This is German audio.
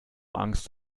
angst